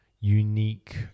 unique